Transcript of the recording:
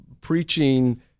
preaching